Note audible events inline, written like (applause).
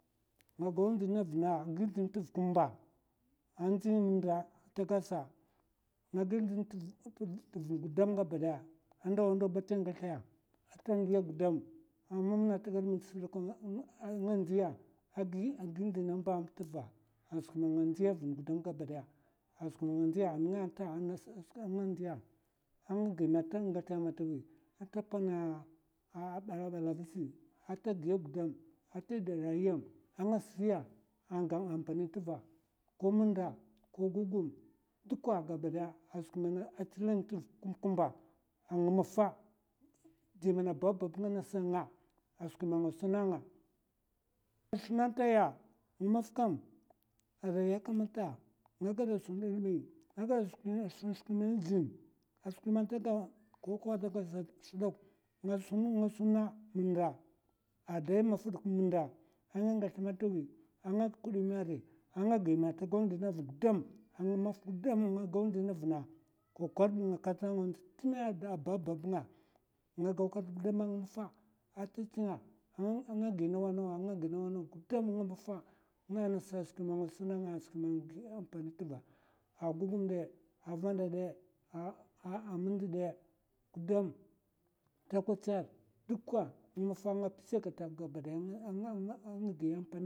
Nga gaw zlènè vna, a gi zlèn tv kumba. ndzi ng nda tagad sa (hesitation) gudam gaba daya a ndawa ndawa ba ta ngèslaya ata nglè gudam a mam na tagad ts dok. a nga ndiya a gi zlin tv mba'mba a skwi man nga ndzi vn gudam gabadaya a skwi ma nga ndiya nènga nts (hesitation) a nga ndiya a nga gimè ata ngètchè matawi, ata pana aalaaal vzi, ata giya gudam, ata da'dda yam, a nga siya ang gan ampani tva. ko mnda, ko gugum duka gabadaya a skwi man tilng tv kumb'kumba a ng'mafa. di mana ba babb ngasa ng ma, a skwi ma nga suna nga. è suna taya. Yi mas kam arai ya kamata nga gada sun nan bi nga gada sun skwi man zlin, a skwi man ta gad ko kuwa (hesitation) nga suna m'nda, a dai maf dok m'nda, a nga ngètch matawi, a nga kidi mari a nga gimè, ta gaw zlina vn gudam a ng'maf gudam a nga gimè ta gaw zlina vn gudam. a ng'maf gudam nga gaw zlina vna t'kokor ba kat nga ndzt ti'nga ba babb nga. nga kat gudam ng'mafa ata chi'nga a gi nawa nawa, nga gi nawa nawa gudam ng mafa nènga ngasa skwi man nga suna nga, skwi man a gi ampani tva, a gugum dè, a vanda dè, a m'nda dè, gudam takwachar duka ng'maf nga pchè kata gabadaya a nga (hesitation) gi ampani.